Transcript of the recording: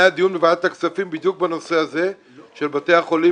בוועדת הכספים דיון בנושא של בתי החולים